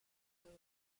alors